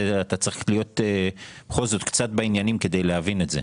זה אתה צריך להיות בכל זאת קצת בעניינים כדי להבין את זה.